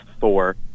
Thor